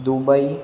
Dubai